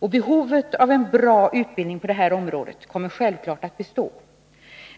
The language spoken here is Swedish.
Behovet av en bra utbildning på det här området kommer självfallet att bestå.